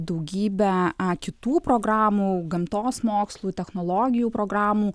daugybę kitų programų gamtos mokslų technologijų programų